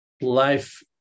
life